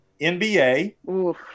NBA